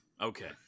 Okay